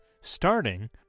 starting